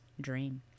dream